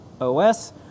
OS